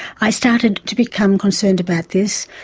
i started to become concerned about this,